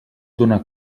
donar